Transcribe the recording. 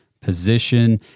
position